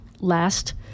Last